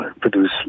produce